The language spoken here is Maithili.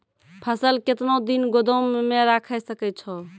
फसल केतना दिन गोदाम मे राखै सकै छौ?